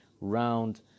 round